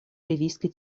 ливийской